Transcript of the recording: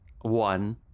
One